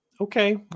Okay